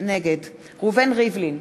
נגד ראובן ריבלין,